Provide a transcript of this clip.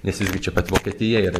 nes visgi čia pat vokietija yra